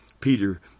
Peter